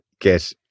get